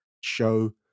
show